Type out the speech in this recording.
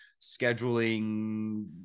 Scheduling